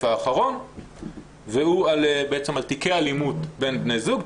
האחרון והוא על תיקי האלימות בין בני זוג,